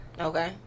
okay